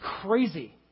crazy